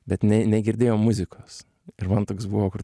bet jinai negirdėjo muzikos ir man toks buvo kur